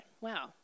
wow